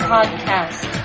Podcast